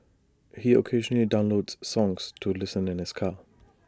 he occasionally downloads songs to listen in his car